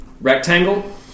rectangle